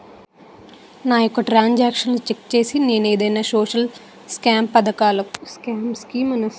నా యెక్క ట్రాన్స్ ఆక్షన్లను చెక్ చేసి నేను ఏదైనా సోషల్ స్కీం పథకాలు కు ఎలిజిబుల్ ఏమో చెప్పగలరా?